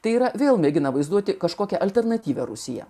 tai yra vėl mėgina vaizduoti kažkokią alternatyvią rusiją